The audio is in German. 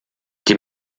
die